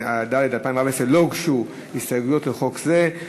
התשע"ד 2014. לא הוגשו הסתייגויות לחוק זה,